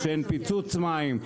שאין פיצוץ מים,